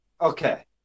Okay